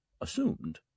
assumed